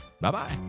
Bye-bye